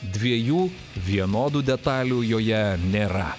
dviejų vienodų detalių joje nėra